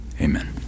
Amen